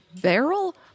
barrel